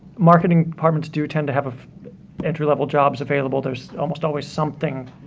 marketing departments do tend to have ah entry level jobs available, there's almost always something,